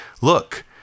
look